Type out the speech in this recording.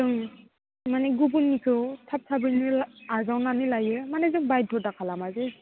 जों माने गुबुननिखौ थाब थाबैनो आजावनानै लायो माने जों बायद'था खालामा जे